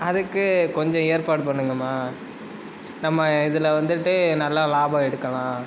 அதுக்கு கொஞ்சம் ஏற்பாடு பண்ணுங்கம்மா நம்ம இதில் வந்துட்டு நல்லா லாபம் எடுக்கலாம்